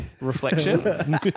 reflection